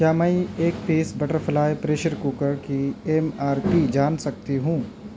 کیا میں ایک piece butterfly pressure cooker کی ایم آر پی جان سکتی ہوں